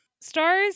Stars